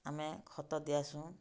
ଆମେ ଖତ ଦିଆସୁଁ